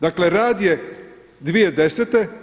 Dakle, rad je 2010.